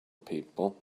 people